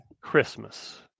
christmas